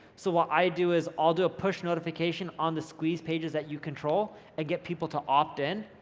so what i do is i'll do a push notification on the squeeze pages that you control and get people to opt in.